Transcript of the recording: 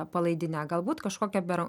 palaidinę galbūt kažkokią bero